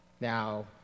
Now